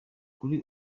kuri